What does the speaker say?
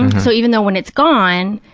so, even though when it's gone,